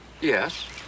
Yes